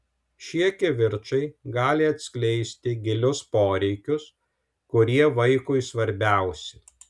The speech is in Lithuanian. šie kivirčai gali atskleisti gilius poreikius kurie vaikui svarbiausi